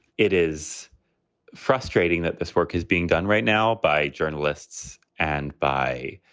it is frustrating that this work is being done right now by journalists and by.